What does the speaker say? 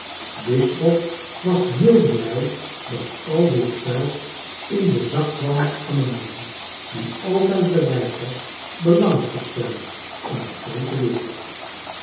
eisschop was heel blij dat al dit geld in den zak kwani van een man die altijd bereid was belang te stellen in de groote wereld